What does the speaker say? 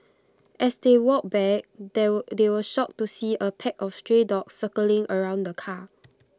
as they walked back they they were shocked to see A pack of stray dogs circling around the car